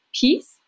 peace